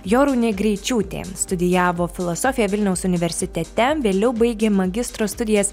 jorūnė greičiūtė studijavo filosofiją vilniaus universitete vėliau baigė magistro studijas